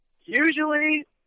Usually